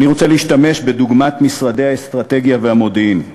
אני רוצה להשתמש בדוגמת משרדי האסטרטגיה והמודיעין.